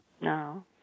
No